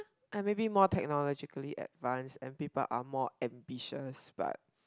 and maybe more technologically advance and people more ambitious but